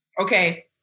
okay